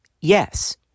yes